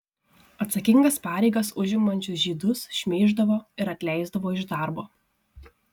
atsakingas pareigas užimančius žydus šmeiždavo ir atleisdavo iš darbo